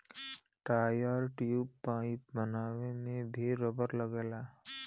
tyre, tube, pipe बनावे में भी रबड़ लगला